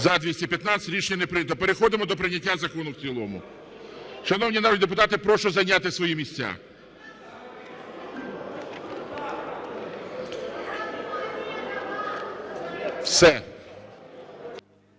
За-215 Рішення не прийнято. Переходимо до прийняття закону в цілому. Шановні народні депутати, прошу зайняти свої місця. Все.